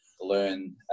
learn